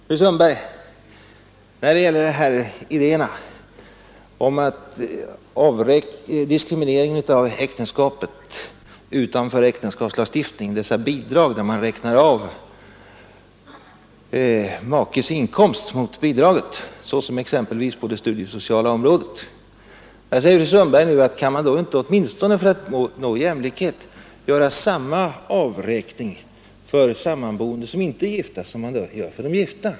Fru Sundberg tog upp påståendena att det förekommer en diskriminering av äktenskapet utanför äktenskapslagstifningen genom att man på exempelvis det studiesociala området räknar av makens inkomst mot bidraget. Fru Sundberg ställer därvidlag frågan: Kan man inte åtminstone, för att nå jämlikhet, göra samma avräkning för sammanboende som inte är gifta som för de gifta?